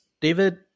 david